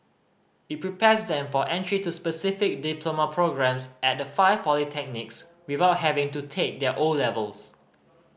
it prepares them for entry to specific diploma programmes at the five polytechnics without having to take their O levels